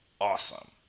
Awesome